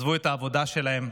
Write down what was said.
עזבו את העבודה שלהם,